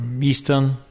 eastern